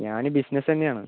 ഞാനും ബിസിനസ് തന്നെയാണ്